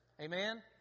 Amen